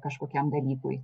kažkokiam dalykui